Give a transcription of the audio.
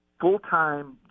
full-time